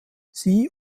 sie